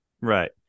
Right